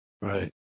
Right